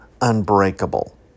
unbreakable